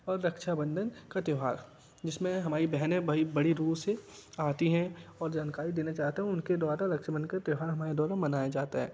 और रक्षाबंधन का त्योहार जिसमें हमारी बहनें भाई बड़ी दूर से आती हैं और जानकारी देना चाहता हूँ उनके द्वारा रक्षाबंधन का त्योहार हमारे द्वारा में मनाया जाता है